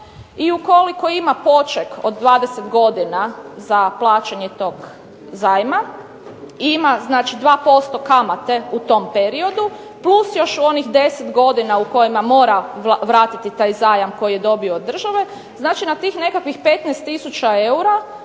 i ukoliko ima poček od 20 godina za plaćanje tog zajma ima znači 2% kamate u tom periodu plus još onih 10 godina u kojima mora vratiti taj zajam koji je dobio od države, znači na tih nekakvih 15 tisuća